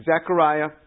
Zechariah